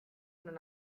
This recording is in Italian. non